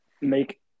make